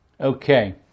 Okay